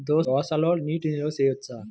దోసలో నీటి నిల్వ చేయవచ్చా?